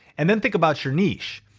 and then think about your niche.